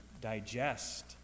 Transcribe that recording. digest